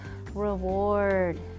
reward